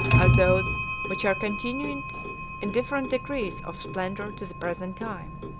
or those which are continued in different degrees of splendor to the present time.